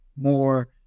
more